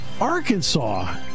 Arkansas